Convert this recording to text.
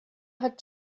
had